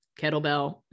kettlebell